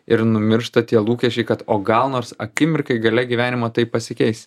ir numiršta tie lūkesčiai kad o gal nors akimirkai gale gyvenimo tai pasikeis